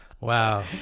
Wow